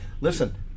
listen